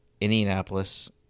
Indianapolis